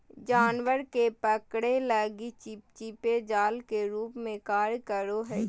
जानवर के पकड़े लगी चिपचिपे जाल के रूप में कार्य करो हइ